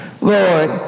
Lord